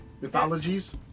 mythologies